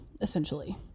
essentially